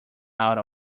out